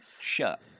shut